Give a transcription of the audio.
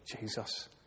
Jesus